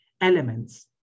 elements